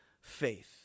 faith